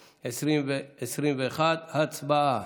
התשפ"א 2021. הצבעה.